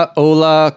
hola